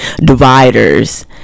dividers